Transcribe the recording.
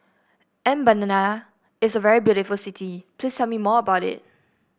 Mbabana is a very beautiful city please tell me more about it